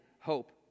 hope